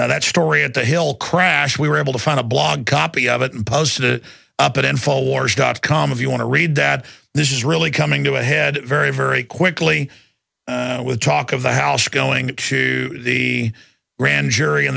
that story and the hill crash we were able to find a blog copy of it and posted it up in full wars dot com if you want to read that this is really coming to a head very very quickly with talk of the house going to shoot the grand jury in